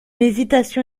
hésitation